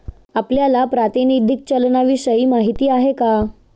आपल्याला प्रातिनिधिक चलनाविषयी माहिती आहे का?